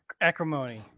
acrimony